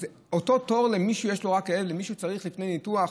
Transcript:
אז אותו תור למי שיש לו רק כאב ולמי שהוא לפני ניתוח?